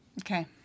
Okay